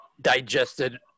digested